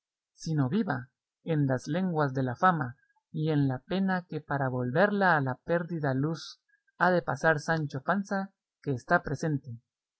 sino viva en las lenguas de la fama y en la pena que para volverla a la perdida luz ha de pasar sancho panza que está presente